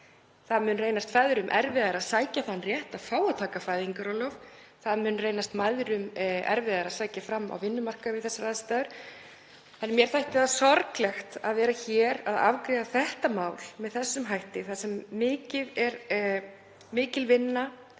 Það mun reynast feðrum erfiðara að sækja þann rétt að fá að taka fæðingarorlof. Það mun reynast mæðrum erfiðara að sækja fram á vinnumarkaði við þær aðstæður. Mér þætti sorglegt að vera að afgreiða það mál með þessum hætti, þar sem mikil vinna er lögð í það